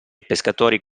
pescatori